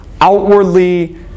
outwardly